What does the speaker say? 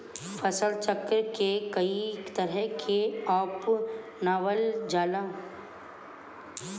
फसल चक्र के कयी तरह के अपनावल जाला?